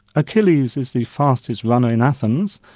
achilles is the fastest runner in athens,